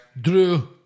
Drew